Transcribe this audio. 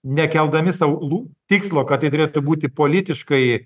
nekeldami sau lu tikslo kad tai turėtų būti politiškai